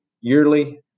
yearly